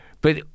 But-